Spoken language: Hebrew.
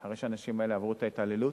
אחרי שהאנשים האלה עברו את ההתעללות.